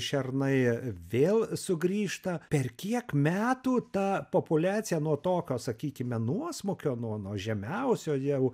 šernai vėl sugrįžta per kiek metų ta populiacija nuo tokio sakykime nuosmukio nuo nuo žemiausio jau